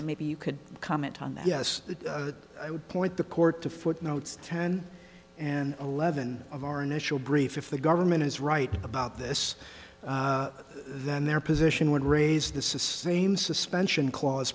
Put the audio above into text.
and maybe you could comment on that yes i would point the court to footnotes ten and eleven of our initial brief if the government is right about this then their position would raise the same suspension cla